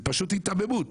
זו פשוט היתממות.